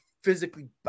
physically